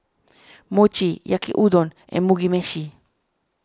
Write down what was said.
Mochi Yaki Udon and Mugi Meshi